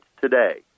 today